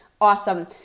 awesome